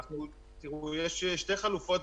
יש שתי חלופות,